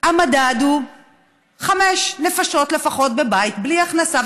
המדד הוא חמש נפשות לפחות בבית בלי הכנסה,